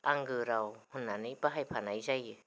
आंगो राव होननानै बाहायफानाय जायो